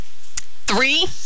Three